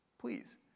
Please